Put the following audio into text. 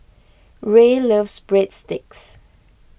Rae loves Breadsticks